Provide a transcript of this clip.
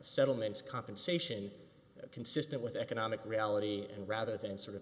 settlements compensation consistent with economic reality and rather than sort of